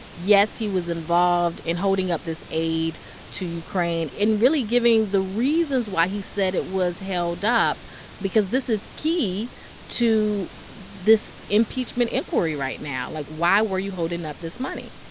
yes, he was involved in holding up this aid to ukraine and really giving the reasons why he said it was held up because this is key to this impeachment inquiry right now. like, why were you holding up this money?